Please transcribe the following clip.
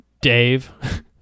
dave